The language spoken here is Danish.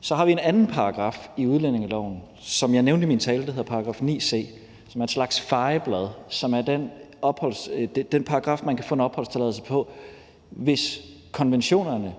Så har vi en anden paragraf i udlændingeloven, som jeg nævnte i min tale, og som hedder § 9 c, som er et slags fejeblad, og som er den paragraf, man kan få en opholdstilladelse på, hvis konventionerne